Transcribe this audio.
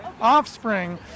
offspring